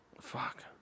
Fuck